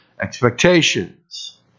expectations